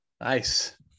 nice